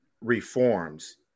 reforms